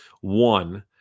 One